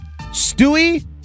Stewie